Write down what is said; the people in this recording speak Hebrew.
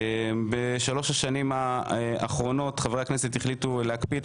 בשלוש השנים האחרונות חברי הכנסת החליטו להקפיא את